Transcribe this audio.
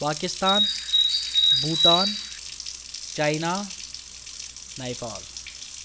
Pakistan Bhutan China Nepal